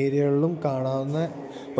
ഏരിയകളിലും കാണാവുന്ന